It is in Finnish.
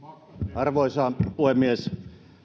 arvoisa puhemies